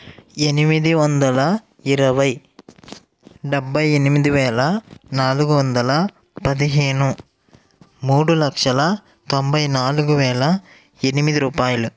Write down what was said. ఎనిమిది వందల ఇరవై డబ్భై ఎనిమిది వేల నాలుగు వందల పదిహేను మూడు లక్షల తొంభై నాలుగు వేల ఎనిమిది రూపాయలు